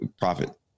profit